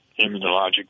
immunologic